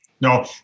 no